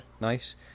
nice